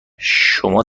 شما